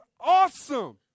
awesome